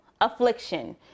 Affliction